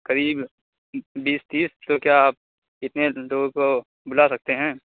قریب بیس تیس تو کیا آپ اتنے لوگوں کو بُلا سکتے ہیں